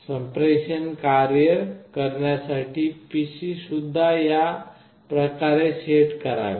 संप्रेषण कार्य करण्यासाठी PC सुद्धा या प्रकारे सेट करावे